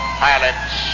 pilots